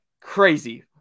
crazy